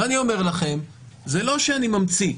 ואני אומר לכם: זה לא שאני ממציא,